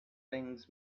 things